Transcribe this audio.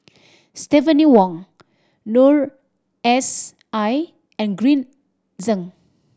Stephanie Wong Noor S I and Green Zeng